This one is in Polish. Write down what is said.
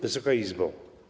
Wysoka Izbo!